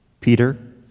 Peter